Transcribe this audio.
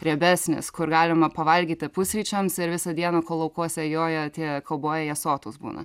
riebesnis kur galima pavalgyti pusryčiams ir visą dieną kol laukuose joja tie kaubojai jie sotūs būna